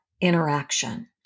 interaction